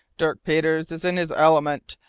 dirk peters is in his element,